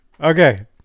Okay